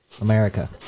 America